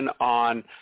on